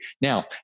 Now